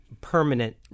permanent